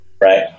right